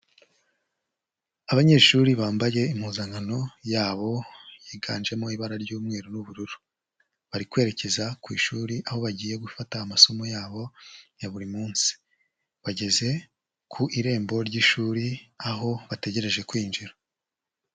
Abanyeshuri bambaye impuzankano yabo yiganjemo ibara ry'umweru n'ubururu, bari kwerekeza ku ishuri aho bagiye gufata amasomo yabo ya buri munsi, bageze ku irembo ry'ishuri aho bategereje kwinjira.